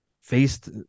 faced